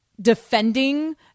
defending